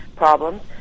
problems